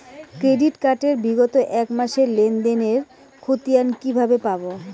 Credit card এর বিগত এক মাসের লেনদেন এর ক্ষতিয়ান কি কিভাবে পাব?